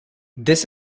this